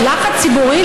לחץ ציבורי.